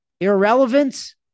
irrelevant